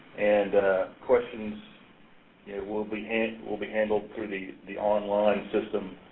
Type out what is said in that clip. and questions will be and will be handled through the the online system.